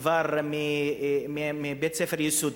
עוד מבית-הספר היסודי.